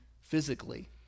physically